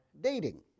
dating